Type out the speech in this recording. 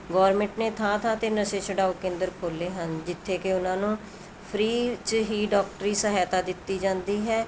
government ਨੇ ਥਾਂ ਥਾਂ 'ਤੇ ਨਸ਼ੇ ਛਡਾਓ ਕੇਂਦਰ ਖੋਲ੍ਹੇ ਹਨ ਜਿੱਥੇ ਕਿ ਉਹਨਾਂ ਨੂੰ ਫਰੀ 'ਚ ਹੀ ਡੋਕਟਰੀ ਸਹਾਇਤਾ ਦਿੱਤੀ ਜਾਂਦੀ ਹੈ